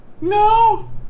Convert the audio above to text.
No